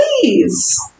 Please